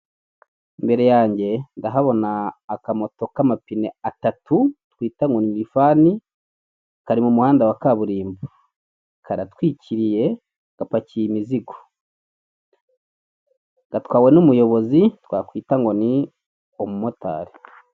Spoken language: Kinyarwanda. Imbere yange ndahabona aka moto k'amapine atatu twita ngo ni rifani kari mu muhanda wa kaburimbo karatwikiriye gapakiye imizigo. Gatwawe n'umuyobozi twakwita ngo ni umumotari.